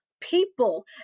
people